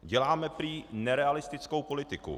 Děláme prý nerealistickou politiku.